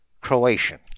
Croatian